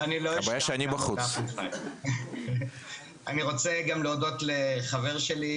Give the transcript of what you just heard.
אני רוצה גם להודות לחבר שלי,